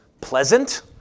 pleasant